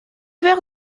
verres